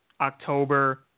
October